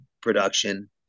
production